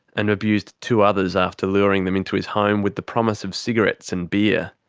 and abused two others after luring them into his home with the promise of cigarettes and beer.